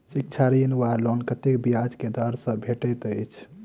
शिक्षा ऋण वा लोन कतेक ब्याज केँ दर सँ भेटैत अछि?